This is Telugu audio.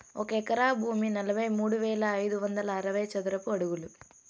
ఒక ఎకరా భూమి నలభై మూడు వేల ఐదు వందల అరవై చదరపు అడుగులు